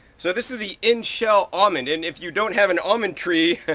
so this is the in-shell almond and if you don't have an almond tree,